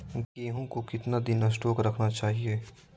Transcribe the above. गेंहू को कितना दिन स्टोक रखना चाइए?